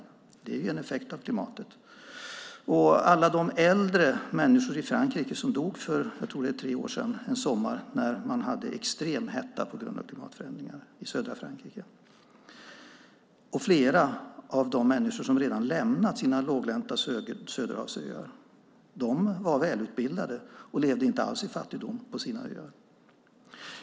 Det är en effekt av klimatet. Det var alla de äldre människor i södra Frankrike som dog en sommar för tre år sedan när man hade extrem hetta på grund av klimatförändringarna. Det gäller flera av de människor som redan lämnat sina låglänta söderhavsöar. De var välutbildade och levde inte alls i fattigdom på sina öar.